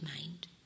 mind